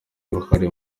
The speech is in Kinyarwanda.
uruhare